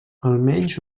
almenys